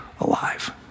alive